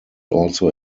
also